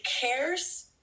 cares